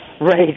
Right